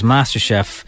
MasterChef